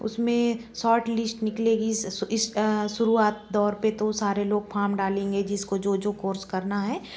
उसमें shortlist निकलेगी इस शुरूआत दौर पे तो सारे लोग फाम डालेंगे जिसको जो जो कोर्स करना है